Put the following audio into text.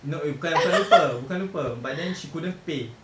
not it bukan bukan lupa bukan lupa but then she couldn't pay